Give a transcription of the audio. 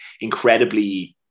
incredibly